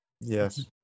Yes